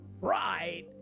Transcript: right